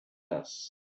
less